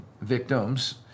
victims